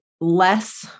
less